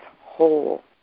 whole